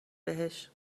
بهش